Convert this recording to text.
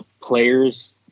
players